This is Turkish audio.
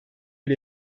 bir